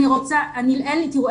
תראו,